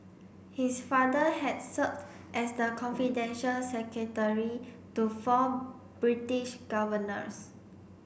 his father had served as the confidential secretary to four British governors